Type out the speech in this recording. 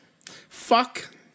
Fuck